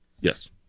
Yes